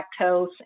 lactose